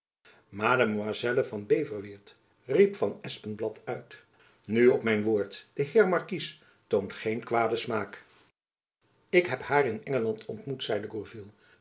mademoiselle van beverweert riep van espenblad uit nu op mijn woord de heer markies toont geen kwaden smaak ik heb haar in engeland ontmoet zeide